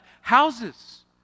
houses